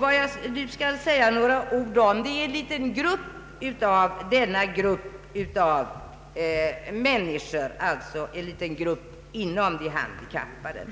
Vad jag nu skall säga några ord om är en liten grupp bland de handikappade.